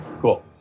cool